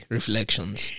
Reflections